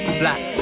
black